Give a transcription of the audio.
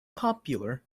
popular